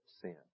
sin